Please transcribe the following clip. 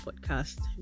Podcast